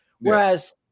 Whereas